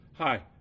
Hi